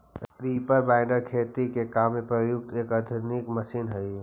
reaper binder खेती के काम में प्रयुक्त एक आधुनिक मशीन हई